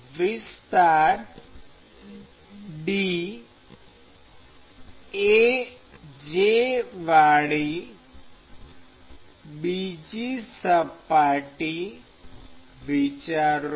વિસ્તાર dAj વાળી બીજી સપાટી વિચારો